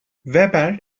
weber